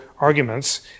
arguments